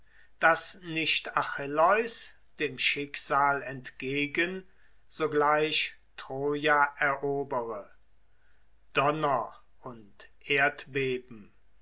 daß nicht achilleus dem schicksal entgegen sogleich troja erobere donner und